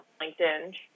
LinkedIn